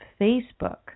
Facebook